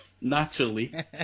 naturally